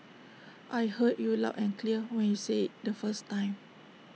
I heard you loud and clear when you said IT the first time